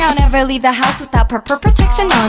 never leave the house without proper protection on